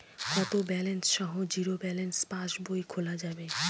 কত ব্যালেন্স সহ zero balance পাসবই খোলা যাবে?